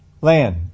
land